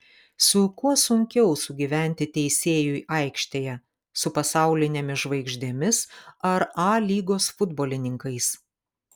su kuo sunkiau sugyventi teisėjui aikštėje su pasaulinėmis žvaigždėmis ar a lygos futbolininkais